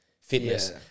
fitness